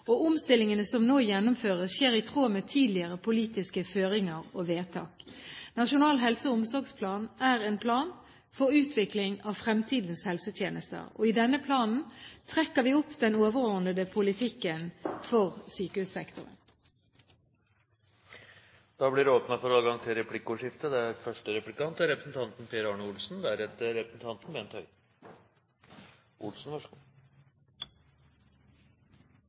utviklingen. Omstillingene som nå gjennomføres, skjer i tråd med tidligere politiske føringer og vedtak. Nasjonal helse- og omsorgsplan er en plan for utvikling av fremtidens helsetjenester. I denne planen trekker vi opp den overordnede politikken for sykehussektoren. Det blir replikkordskifte. I spørretimen forleden stilte jeg spørsmål om det var vanskelig å ha med et senterparti som later som de har tatt dissens uten å ha gjort det.